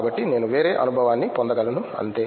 కాబట్టి నేను వేరే అనుభవాన్ని పొందగలను అంతే